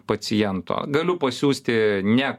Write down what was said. paciento galiu pasiųsti ne